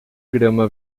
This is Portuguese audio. grama